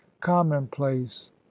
commonplace